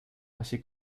así